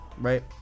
right